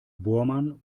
bohrmann